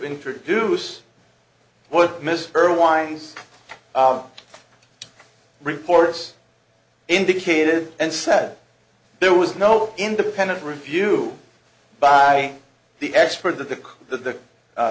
introduce what miss earle winds reports indicated and said there was no independent review by the expert that the the